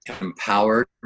empowered